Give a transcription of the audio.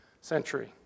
century